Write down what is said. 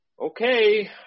Okay